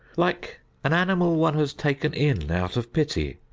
like an animal one has taken in out of pity.